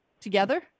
together